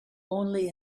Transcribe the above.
only